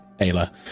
Ayla